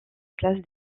classe